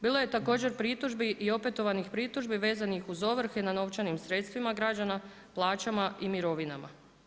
Bilo je također pritužbi i opetovanih pritužbi vezanih uz ovrhe na novčanim sredstvima građana, plaćama i mirovinama.